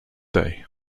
day